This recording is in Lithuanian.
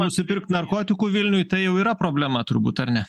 nusipirkt narkotikų vilniuj tai jau yra problema turbūt ar ne